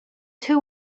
two